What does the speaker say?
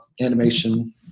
animation